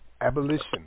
Abolition